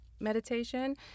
meditation